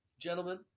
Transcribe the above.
gentlemen